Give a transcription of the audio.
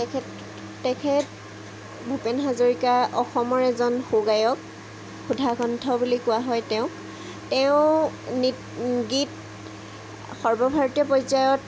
তেখেত তেখেত ভূপেন হাজৰিকা অসমৰ এজন সুগায়ক সুধাকণ্ঠ বুলি কোৱা হয় তেওঁক তেওঁ নৃত্য় গীত সৰ্বভাৰতীয় পৰ্য্য়ায়ত